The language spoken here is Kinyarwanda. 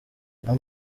jean